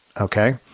Okay